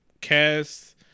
cast